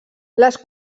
les